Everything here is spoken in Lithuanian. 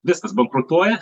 viskas bankrutuoja